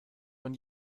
man